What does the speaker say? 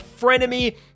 frenemy